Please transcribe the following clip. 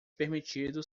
permitido